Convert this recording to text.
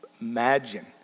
imagine